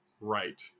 right